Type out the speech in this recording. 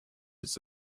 its